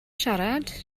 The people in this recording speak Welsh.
siarad